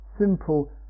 simple